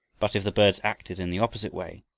but if the birds acted in the opposite way,